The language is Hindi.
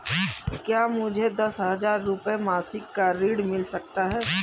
क्या मुझे दस हजार रुपये मासिक का ऋण मिल सकता है?